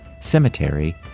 Cemetery